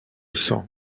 sang